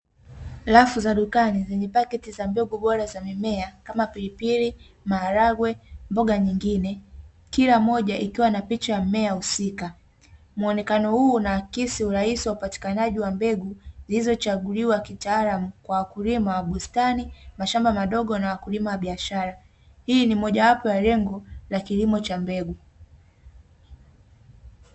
Rafu za dukani zenye pakiti za mbegu bora za mimea kama pilipili, maharagwe, mboga nyingine kila moja ikiwa na picha ya mmea husika. Muonekano huu unaakisi urahisi wa upatikanaji wa mbegu, zilizochaguliwa kitaalamu kwa kulima bustani, mashamba madogo na kulima biasahara, hii ni mojawapo ya lengo ya kilimo cha mbegu.